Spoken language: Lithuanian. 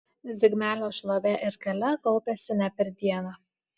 zigmelio šlovė ir galia kaupėsi ne per dieną